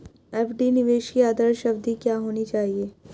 FD निवेश की आदर्श अवधि क्या होनी चाहिए?